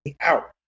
out